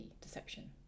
deception